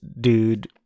dude